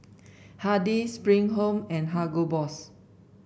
Hardy's Spring Home and Hugo Boss